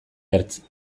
ertz